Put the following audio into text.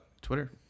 Twitter